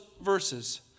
verses